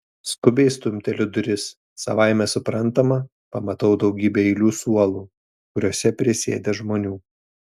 skubiai stumteliu duris savaime suprantama pamatau daugybę eilių suolų kuriuose prisėdę žmonių